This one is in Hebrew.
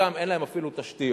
שחלקן אין להן אפילו תשתיות,